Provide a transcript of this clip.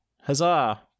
huzzah